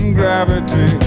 gravity